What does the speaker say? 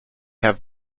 have